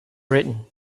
britain